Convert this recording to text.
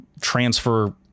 transfer